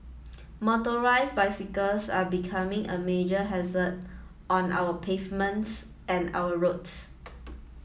motorised bicycles are becoming a major hazard on our pavements and our roads